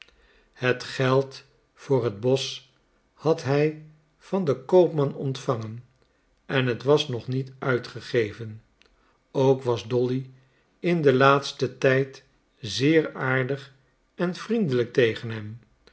het geld voor het bosch had hij van den koopman ontvangen en het was nog niet uitgegeven ook was dolly in den laatsten tijd zeer aardig en vriendelijk tegen hem